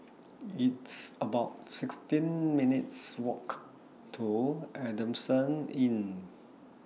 It's about sixteen minutes' Walk to Adamson Inn